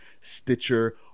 Stitcher